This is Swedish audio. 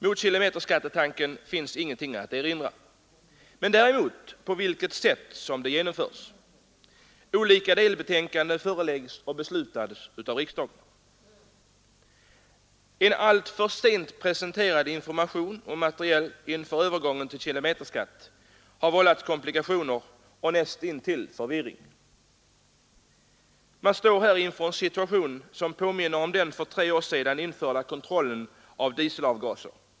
Mot kilometerskattetanken finns ingenting att erinra men väl mot det sätt på vilket den genomförs. Olika delbetänkanden har förelagts och beslutats av riksdagen. En alltför sen presentation av information och material inför övergången till kilometerskatt har vållat komplikationer och näst intill förvirring. Man står här inför en situation som påminner om den för tre år sedan införda kontrollen av dieselavgaser.